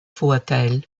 vorteil